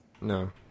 No